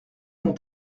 mon